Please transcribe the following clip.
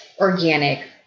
organic